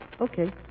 Okay